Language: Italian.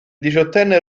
diciottenne